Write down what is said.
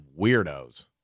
weirdos